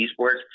esports